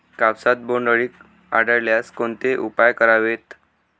कापसात बोंडअळी आढळल्यास कोणते उपाय करावेत?